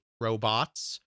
robots